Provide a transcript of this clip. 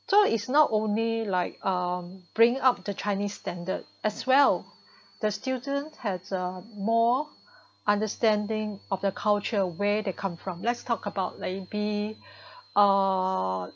so it's not only like um bring up the Chinese standard as well the students had uh more understanding of their culture where they come from let's talk about maybe ah